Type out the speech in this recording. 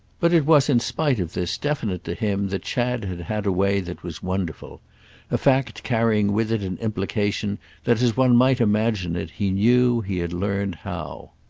but it was in spite of this definite to him that chad had had a way that was wonderful a fact carrying with it an implication that, as one might imagine it, he knew, he had learned, how.